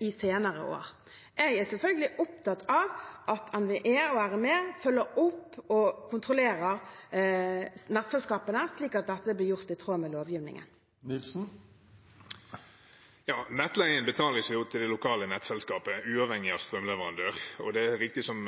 i senere år. Jeg er selvfølgelig opptatt av at NVE og RME følger opp og kontrollerer nettselskapene, slik at dette blir gjort i tråd med lovgivningen. Nettleien betales jo til det lokale nettselskapet uavhengig av strømleverandør, og det er riktig, som